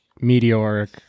meteoric